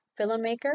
filmmaker